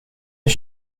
har